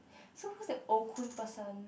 so who's the Okun person